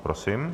Prosím.